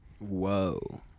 Whoa